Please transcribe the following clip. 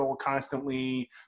constantly